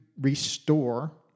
restore